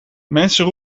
mensen